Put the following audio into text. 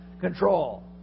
control